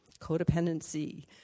codependency